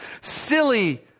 silly